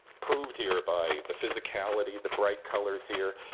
proved here by the physicality, the bright colors here,